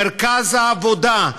מרכז העבודה,